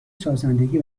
سازندگی